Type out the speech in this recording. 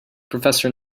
professor